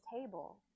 table